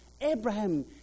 Abraham